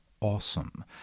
awesome